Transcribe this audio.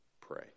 pray